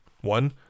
one